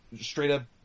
straight-up